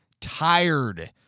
tired